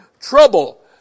trouble